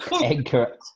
Incorrect